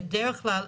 בדרך כלל,